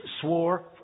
swore